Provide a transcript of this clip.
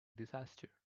disaster